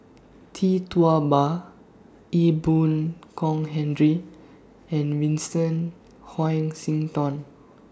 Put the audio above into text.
Tee Tua Ba Ee Boon Kong Henry and Vincent Hoisington